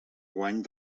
guany